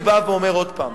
אני בא ואומר עוד פעם: